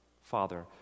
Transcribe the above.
Father